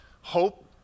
hope